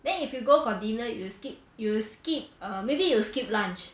then if you go for dinner you skip you skip err maybe you will skip lunch